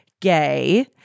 gay